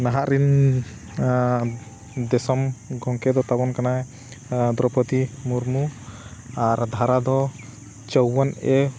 ᱱᱟᱦᱟᱜ ᱨᱮᱱ ᱫᱤᱥᱚᱢ ᱜᱚᱢᱠᱮ ᱫᱚ ᱛᱟᱵᱚᱱ ᱠᱟᱱᱟᱭ ᱫᱨᱳᱣᱯᱚᱫᱤ ᱢᱩᱨᱢᱩ ᱟᱨ ᱫᱷᱟᱨᱟ ᱫᱚ ᱪᱟᱣᱟᱹᱱ ᱮᱹ